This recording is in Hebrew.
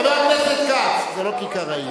חבר הכנסת כץ, זה לא כיכר העיר.